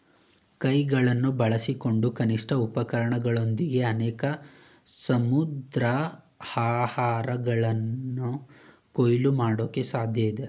ಕೈಗಳನ್ನು ಬಳಸ್ಕೊಂಡು ಕನಿಷ್ಠ ಉಪಕರಣಗಳೊಂದಿಗೆ ಅನೇಕ ಸಮುದ್ರಾಹಾರಗಳನ್ನ ಕೊಯ್ಲು ಮಾಡಕೆ ಸಾಧ್ಯಇದೆ